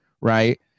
right